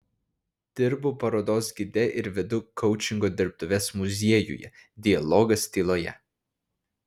dirbu parodos gide ir vedu koučingo dirbtuves muziejuje dialogas tyloje